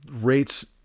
rates